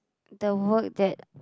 the work that